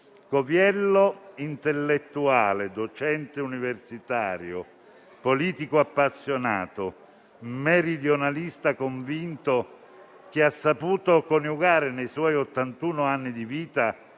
Coviello - intellettuale, docente universitario, politico appassionato, meridionalista convinto - ha saputo coniugare, nei suoi ottantuno anni di vita,